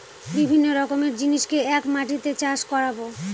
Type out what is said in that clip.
বিভিন্ন রকমের জিনিসকে এক মাটিতে চাষ করাবো